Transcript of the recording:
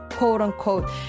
quote-unquote